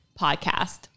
podcast